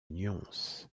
nyons